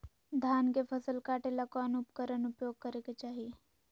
धान के फसल काटे ला कौन उपकरण उपयोग करे के चाही?